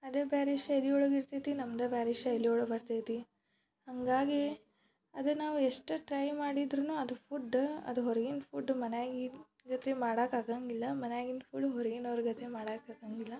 ಅದೇ ಬೇರೆ ಶೈಲಿ ಒಳಗೆ ಇರ್ತೈತಿ ನಮ್ದೇ ಬೇರೆ ಶೈಲಿ ಒಳ ಬರ್ತೈತಿ ಹಂಗಾಗಿ ಅದೇ ನಾವು ಎಷ್ಟೇ ಟ್ರೈ ಮಾಡಿದ್ರೂ ಅದು ಫುಡ್ಡ ಅದು ಹೊರಗಿನ ಫುಡ್ ಮನೆಯಾಗಿನ ಗತೆ ಮಾಡೋಕಾಗಂಗಿಲ್ಲ ಮನೆಯಾಗಿನ ಫುಡ್ ಹೊರ್ಗಿನವ್ರ ಗತೆ ಮಾಡೋಕಾಗಂಗಿಲ್ಲ